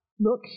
Look